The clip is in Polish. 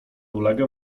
ulega